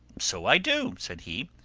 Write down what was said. so i do, said he.